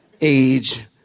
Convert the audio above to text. age